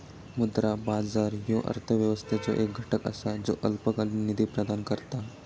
मुद्रा बाजार ह्यो अर्थव्यवस्थेचो एक घटक असा ज्यो अल्पकालीन निधी प्रदान करता